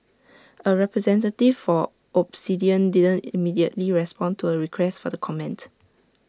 A representative for Obsidian didn't immediately respond to A request for the comment